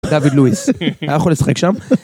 דוד לואיס, היה יכול לשחק שם?